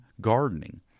gardening